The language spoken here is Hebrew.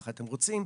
כפי שאתם רוצים,